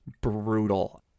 brutal